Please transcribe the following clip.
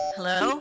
Hello